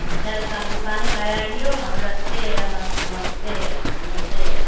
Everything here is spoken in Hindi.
अच्छा सब दुकाने आइयो हम रखते य नमस्ते नमस्ते